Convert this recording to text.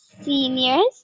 seniors